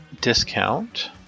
discount